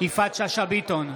יפעת שאשא ביטון,